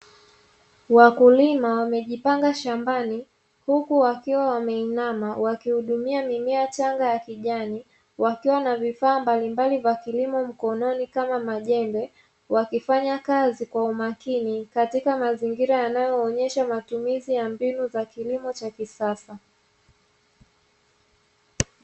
Wakulima wamejipanga shambani huku wakiwa wameinama wakihudumia mimea changa ya kijani, wakiwa na vifaa mbalimbali vya kilimo mkononi kama majembe, wakifanya kazi kwa umakini katika mazingira yanayoonyesha matumizi ya mbinu za kilimo cha kisasa.